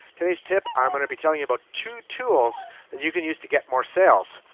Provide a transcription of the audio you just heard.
today's tip i'm going to be telling you about two tools that you can use to get more sales.